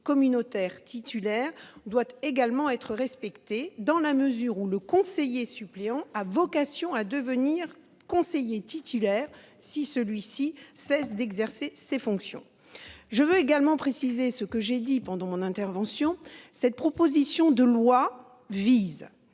communautaires titulaire doit également être respectée dans la mesure où le conseiller suppléant a vocation à devenir conseiller titulaire si celui-ci cesse d'exercer ses fonctions. Je veux également préciser ce que j'ai dit pendant mon intervention. Cette proposition de loi vise